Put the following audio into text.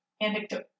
Anecdote